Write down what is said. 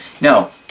No